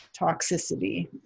toxicity